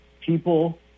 people –